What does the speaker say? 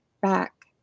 back